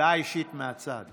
בבקשה, הודעה אישית מהצד.